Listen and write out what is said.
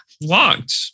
locked